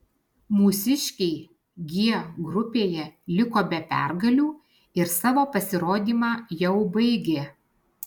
mūsiškiai g grupėje liko be pergalių ir savo pasirodymą jau baigė